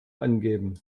angeben